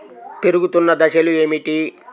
పెరుగుతున్న దశలు ఏమిటి?